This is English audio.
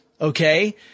okay